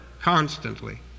constantly